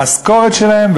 המשכורת שלהם,